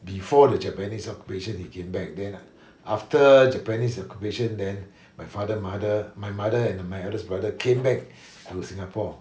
before the japanese occupation he came back then after japanese occupation then my father mother my mother and my eldest brother came back to singapore